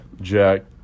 Jack